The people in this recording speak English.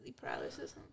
paralysis